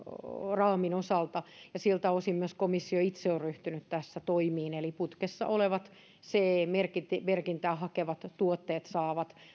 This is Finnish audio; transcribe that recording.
raamin osalta ja siltä osin myös komissio itse on ryhtynyt tässä toimiin eli putkessa olevat ce merkintää hakevat tuotteet saavat